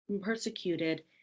persecuted